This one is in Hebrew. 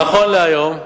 נכון להיום,